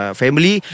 family